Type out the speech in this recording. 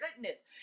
goodness